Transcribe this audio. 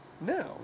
No